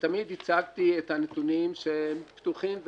תמיד הצגתי את הנתונים שהם פתוחים,